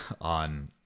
on